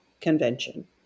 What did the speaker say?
Convention